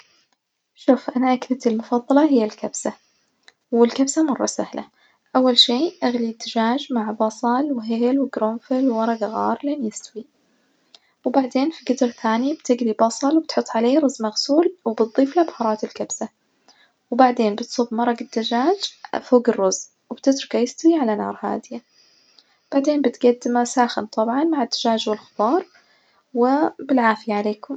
شوف أنا أكلتي المفظلة هي الكبسة، والكبسة مرة سهلة، أول شئ أغلي الدجاج مع بصل وهيل وجرنفل وورج غارلينج يستوي, وبعدين في جدر تاني بتجلي بصل وتحط عليه رز مغسول و بتضيف له بهارات الكبسة، وبعدين بتصب مرجة دجاج فوج الرز وبتتركه يستوي على نار هادية، بعدين بجدمه ساخن طبعا مع الدجاج والخضار وبالعافية عليكم.